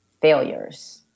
failures